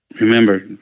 remember